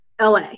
LA